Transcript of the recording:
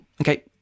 Okay